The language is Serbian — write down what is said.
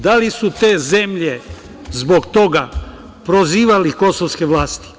Da li su te zemlje zbog toga prozivali kosovske vlasti?